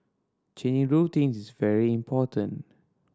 changing routines is very important